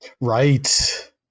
Right